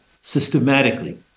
systematically